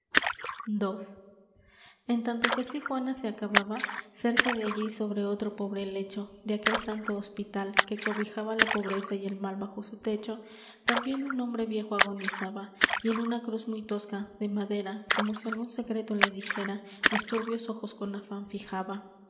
ii en tanto que así juana se acababa cerca de allí sobre otro pobre lecho de aquel santo hospital que cobijaba la pobreza y el mal bajo su techo tambien un hombre viejo agonizaba y en una cruz muy tosca de madera como si algun secreto le dijera los turbios ojos con afan fijaba